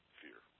fear